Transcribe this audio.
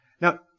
Now